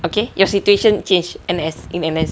okay your situation change N_S in N_S